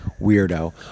weirdo